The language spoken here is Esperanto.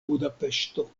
budapeŝto